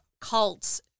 cults